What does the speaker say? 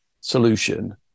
solution